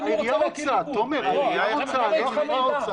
רוצה, העירייה רוצה, לא החברה רוצה.